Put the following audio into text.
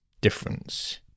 difference